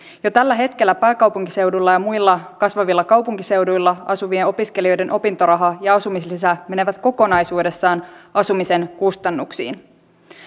jo tällä hetkellä pääkaupunkiseudulla ja muilla kasvavilla kaupunkiseuduilla asuvien opiskelijoiden opintoraha ja asumislisä menevät kokonaisuudessaan asumisen kustannuksiin